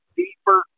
deeper